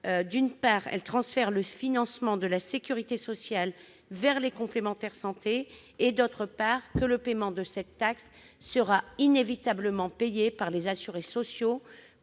d'une part, parce qu'elle transfère le financement de la sécurité sociale vers les complémentaires santé, d'autre part, parce que le paiement de cette taxe sera inévitablement acquitté par les assurés sociaux